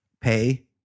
pay